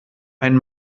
ein